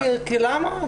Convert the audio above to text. למה?